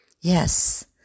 Yes